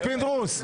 פינדרוס,